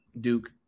Duke